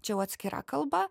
čia jau atskira kalba